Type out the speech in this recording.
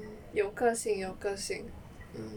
mm 有个性有个性